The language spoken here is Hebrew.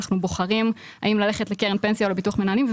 אנחנו בוחרים האם ללכת לקרן פנסיה או לביטוח מנהלים.